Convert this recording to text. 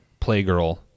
playgirl